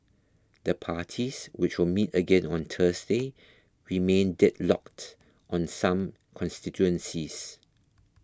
the parties which will meet again on Thursday remain deadlocked on some constituencies